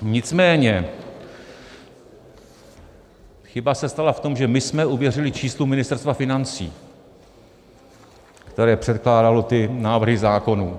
Nicméně chyba se stala v tom, že my jsme uvěřili číslům Ministerstva financí, které předkládalo ty návrhy zákonů.